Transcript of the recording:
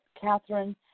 Catherine